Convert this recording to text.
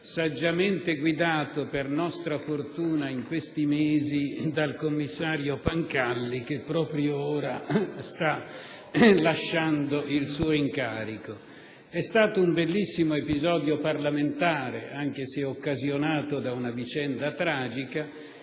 saggiamente guidato, per nostra fortuna, in questi mesi dal commissario Pancalli, che proprio ora sta lasciando il suo incarico. È stato un bellissimo episodio parlamentare, anche se occasionato da una vicenda tragica,